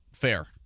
fair